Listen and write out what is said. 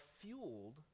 fueled